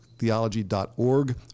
Theology.org